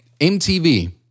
MTV